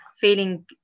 feeling